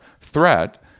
threat